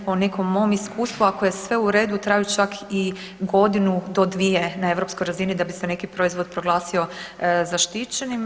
Po nekom mom iskustvu ako je sve u redu traju čak i do godinu do dvije na europskoj razini da bi se neki proizvod proglasio zaštićenim.